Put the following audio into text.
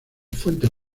fuentes